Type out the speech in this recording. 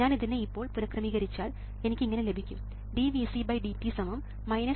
ഞാൻ ഇതിനെ ഇപ്പോൾ പുനഃക്രമീകരിച്ചാൽ എനിക്ക് ഇങ്ങനെ ലഭിക്കുന്നു dVcdt 1RC Vc